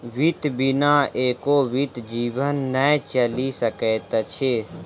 वित्त बिना एको बीत जीवन नै चलि सकैत अछि